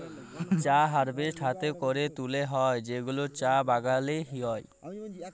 চা হারভেস্ট হ্যাতে ক্যরে তুলে হ্যয় যেগুলা চা বাগালে হ্য়য়